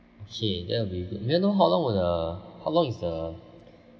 okay that'll be good may I know how long will the how long is the